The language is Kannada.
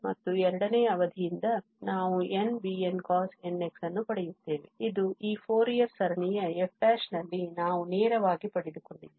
ಮತ್ತು ಎರಡನೇ ಅವಧಿಯಿಂದ ನಾವು n bncosnx ಅನ್ನು ಪಡೆಯುತ್ತೇವೆ ಇದು ಈ ಫೋರಿಯರ್ ಸರಣಿಯ f ನಲ್ಲಿ ನಾವು ನೇರವಾಗಿ ಪಡೆದುಕೊಂಡಿದ್ದೇವೆ